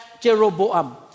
Jeroboam